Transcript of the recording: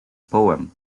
poem